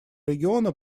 региона